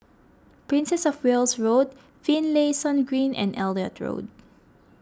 Princess of Wales Road Finlayson Green and Elliot Road